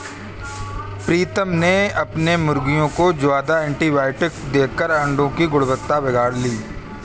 प्रीतम ने अपने मुर्गियों को ज्यादा एंटीबायोटिक देकर अंडो की गुणवत्ता बिगाड़ ली